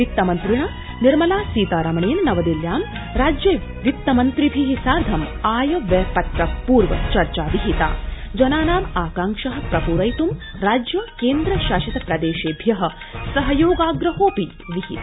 वित्तमन्त्रिणा निर्मला सीतारमणप्त नवदिल्ल्यां राज्य वित्तमन्त्रिभि सार्धम् आय व्यय पत्रक पूर्व चर्चा विहिता जनानाम् आकांक्षा प्रपूरयितुं राज्य क्विशासितप्रदर्शाये सहयोगाग्रहोऽपि विहित